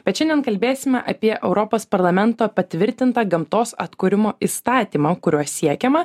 bet šiandien kalbėsime apie europos parlamento patvirtintą gamtos atkūrimo įstatymą kuriuo siekiama